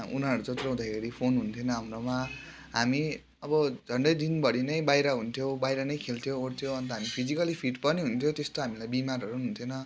उनीहरू जत्रो हुँदाखेरि फोन हुन्थेन हाम्रोमा हामी अब झन्डै दिनभरि नै बाहिर हुन्थ्यो बाहिर नै खेल्थ्यो ओर्थ्यो अन्त हामी फिजिकल्ली फिट पनि हुन्थ्यो त्यस्तो हामीलाई बिमारहरू पनि हुन्थेन